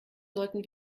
sollten